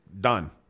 Done